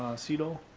siedel